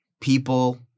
people